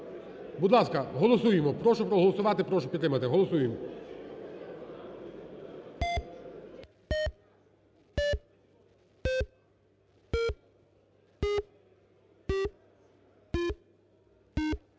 будь ласка, голосуємо. Прошу проголосувати, прошу підтримати, голосуємо.